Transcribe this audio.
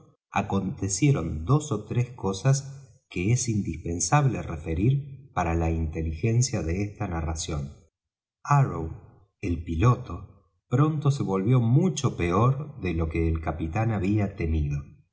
acontecieron dos ó tres cosas que es indispensable referir para la inteligencia de esta narración arrow el piloto pronto se volvió mucho peor de lo que el capitán había temido